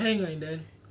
so he got hang in the end